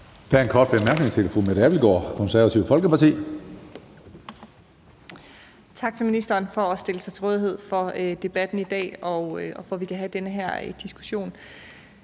Tak til ministeren for at stille sig til rådighed for debatten i dag og for, at vi kan have den her diskussion.